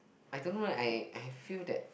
I don't know leh I I feel that